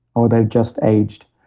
or they're just aged.